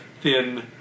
thin